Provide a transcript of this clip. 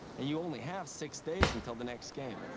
and you only have six days until the next game.